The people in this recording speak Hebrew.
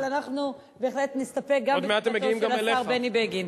אבל אנחנו בהחלט נסתפק גם בתשובתו של השר בני בגין.